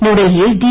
ന്യൂഡൽഹിയിൽ ഡി